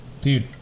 dude